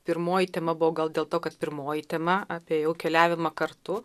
pirmoji tema buvo gal dėl to kad pirmoji tema apie jau keliavimą kartu